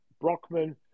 Brockman